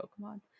Pokemon